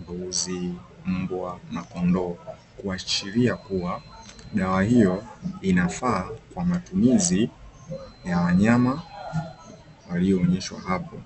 mbuzi, mbwa na kondoo kuashiria kua dawa hiyo inafaa kwa matumizi ya wanyama waliyoonyeshwa apo.